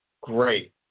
great